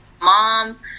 mom